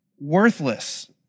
worthless